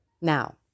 Now